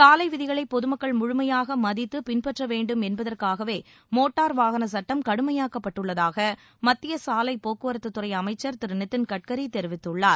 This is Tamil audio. சாலை விதிகளை பொது மக்கள் முழுமையாக மதித்து பின்பற்ற வேண்டும் என்பதற்காகவே மோட்டார் வாகனச் சட்டம் கடுமையாக்கப்பட்டுள்ளதாக மத்திய சாலை போக்குவரத்துத்துறை அமைச்சர் திரு நிதின் கட்கரி தெரிவித்துள்ளார்